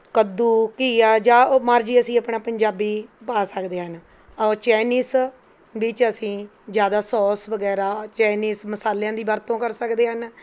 ਕੱਦੂ ਘੀਆ ਜਾ ਉਹ ਮਰਜ਼ੀ ਅਸੀਂ ਆਪਣਾ ਪੰਜਾਬੀ ਪਾ ਸਕਦੇ ਹਨ ਚਾਇਨੀਸ ਵਿੱਚ ਅਸੀਂ ਜ਼ਿਆਦਾ ਸੋਸ ਵਗੈਰਾ ਚਾਇਨੀਸ ਮਸਾਲਿਆਂ ਦੀ ਵਰਤੋਂ ਕਰ ਸਕਦੇ ਹਨ